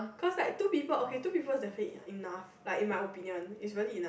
course like two people okay two people definitely enough in my opinion is really enough